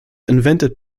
invented